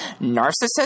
narcissist